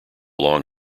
long